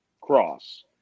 Cross